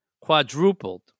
Quadrupled